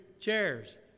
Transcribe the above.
chairs